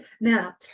Now